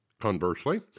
Conversely